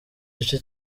gice